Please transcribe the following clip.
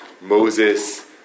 Moses